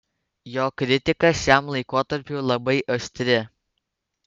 jo kritika šiam laikotarpiui labai aštri